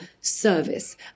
service